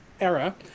era